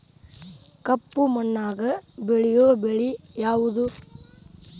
ಕಪ್ಪು ಮಣ್ಣಾಗ ಬೆಳೆಯೋ ಬೆಳಿ ಯಾವುದು?